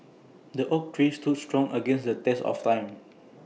the oak tree stood strong against the test of time